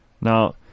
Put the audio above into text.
Now